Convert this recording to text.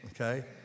okay